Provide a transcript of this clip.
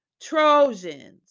Trojans